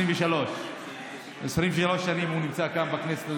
23. 23 שנים הוא נמצא כאן בכנסת,